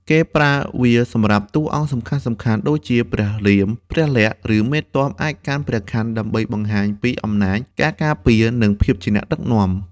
គេប្រើវាសម្រាប់តួអង្គសំខាន់ៗដូចជា ព្រះរាម ព្រះលក្ខណ៍ ឬមេទ័ព អាចកាន់ព្រះខ័នដើម្បីបង្ហាញពី អំណាច ការការពារ និងភាពជាអ្នកដឹកនាំ។